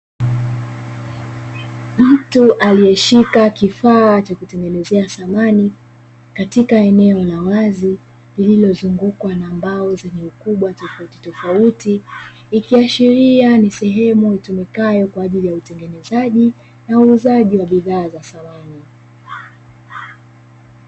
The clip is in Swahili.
Mtu alieshika kifaa cha kutengenezea samani, katika eneo la wazi liliozungukwa na mbao zenye ukubwa tofautitofauti, ikiashiria ni sehemu itumikayo kwa ajili ya utengenezaji na uuzaji wa bidhaa za samani.